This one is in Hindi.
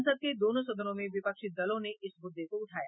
संसद के दोनों सदनों में विपक्षी दलों ने इस मुद्दे को उठाया